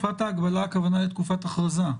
בתקופת ההגבלה התקיימו כ-400 דיונים מרחוק ביום,